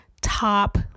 top